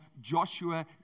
Joshua